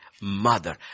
mother